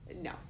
no